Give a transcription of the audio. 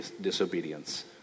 disobedience